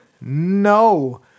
no